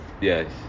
Yes